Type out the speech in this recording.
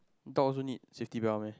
talk also need safety bell meh